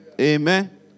Amen